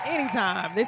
Anytime